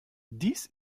dies